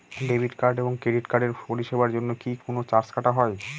Debit card এবং credit কার্ডের পরিষেবার জন্য কি কোন চার্জ কাটা হয়?